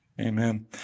Amen